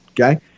Okay